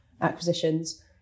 acquisitions